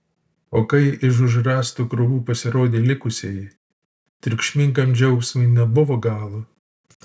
o kai iš už rąstų krūvų pasirodė likusieji triukšmingam džiaugsmui nebuvo galo